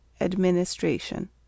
Administration